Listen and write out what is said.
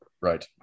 Right